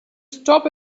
stop